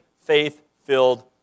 faith-filled